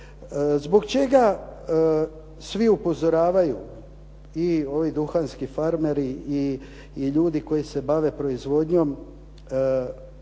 Zbog čega svi upozoravaju i ovi duhanski farmeri i ljudi koji se bave proizvodnjom